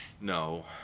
No